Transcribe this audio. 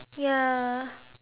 ya